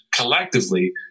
collectively